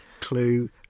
clue